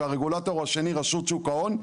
והרגולטור השני שהוא רשות שוק ההון,